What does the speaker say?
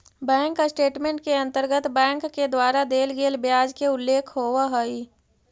bank statement के अंतर्गत bank के द्वारा देल गेल ब्याज के उल्लेख होवऽ हइ